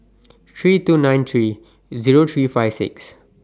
three two nine three Zero three five six